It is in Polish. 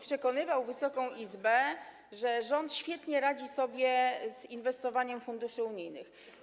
Przekonywał Wysoką Izbę, że rząd świetnie radzi sobie z inwestowaniem funduszy unijnych.